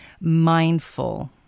mindful